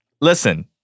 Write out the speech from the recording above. listen